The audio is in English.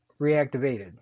reactivated